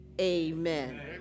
amen